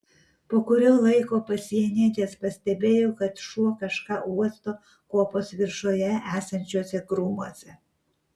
po kurio laiko pasienietis pastebėjo kad šuo kažką uosto kopos viršuje esančiuose krūmuose